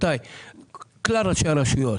כלל ראשי הרשויות,